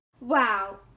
Wow